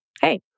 Hey